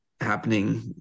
happening